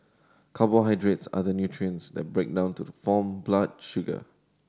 carbohydrates are the nutrients that break down to the form blood sugar